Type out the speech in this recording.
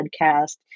podcast